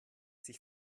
sich